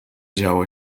działo